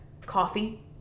coffee